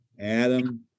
Adam